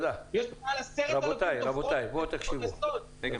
יש פה מעל 10,000 תופרות שמפרנסות.